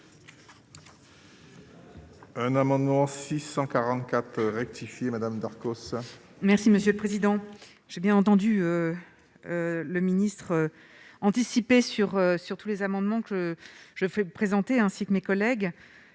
Un amendement 644 rectifié madame Darcos. Merci monsieur le Président, j'ai bien entendu le ministre anticiper sur sur tous les amendements que je fais présenté ainsi que mes collègues